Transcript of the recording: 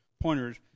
pointers